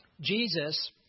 Jesus